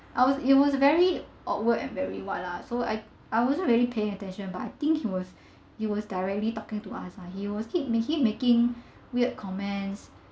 I was it was very awkward and very [what] lah so I I wasn't really paying attention but I think he was he was directly talking to us uh he was keep making making weird comment